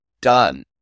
done